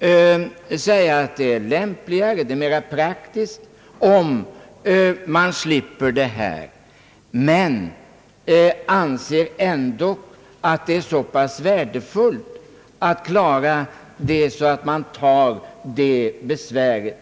kan sägas att det är lämpligare och mera praktiskt om man slipper denna anordning, men man anser ändå att det är så värdefullt att detta klaras att man tar besväret.